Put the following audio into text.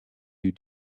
you